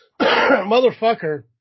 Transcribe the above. Motherfucker